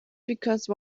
because